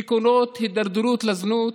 דיכאונות, הידרדרות לזנות,